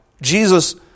Jesus